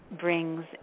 brings